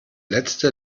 letzte